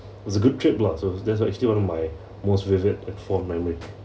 it's a good trip lah so that's what actually one of my most vivid fond memory